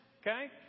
okay